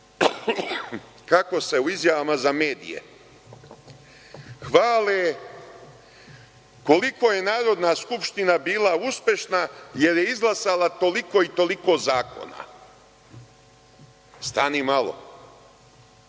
kako se u izjavama za medije hvale koliko je Narodna skupština bila uspešna, jer je izglasala toliko i toliko zakona. Stani malo,